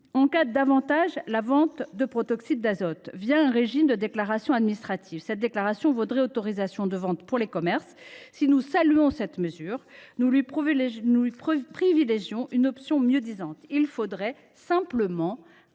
encadre davantage la vente de protoxyde d’azote au travers d’un régime de déclaration administrative. Cette déclaration vaudrait autorisation de vente pour les commerces. Si nous saluons cette mesure, nous lui préférons une option mieux disante : il faudrait simplement